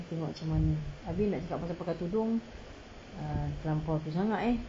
tengok macam mana abeh nak cakap pasal pakai tudung err terlampau tu sangat eh